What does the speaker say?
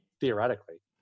theoretically